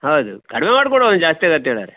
ಹೌದು ಕಡಿಮೆ ಮಾಡಿಕೊಡುವ ಜಾಸ್ತಿ ಆಗತ್ತೆ ಹೇಳಾರೆ